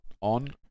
on